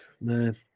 man